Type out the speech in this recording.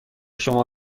شما